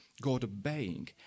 God-obeying